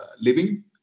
living